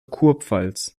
kurpfalz